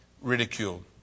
ridiculed